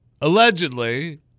allegedly